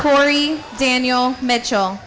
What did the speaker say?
corey daniel mitchell